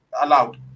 allowed